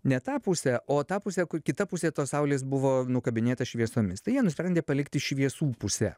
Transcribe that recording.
ne tą pusę o tą pusę kur kita pusė tos saulės buvo nukabinėta šviesomis tai jie nusprendė palikti šviesų puse